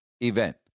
Event